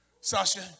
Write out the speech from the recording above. Sasha